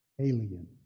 alien